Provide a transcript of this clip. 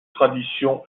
tradition